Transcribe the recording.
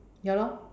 ya lor